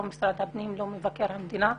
לא למשרד הפנים ולא למבקר המדינה,